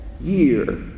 Year